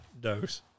dose